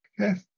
Okay